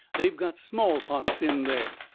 they've got smallpox in there.